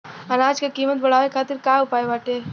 अनाज क कीमत बढ़ावे खातिर का उपाय बाटे?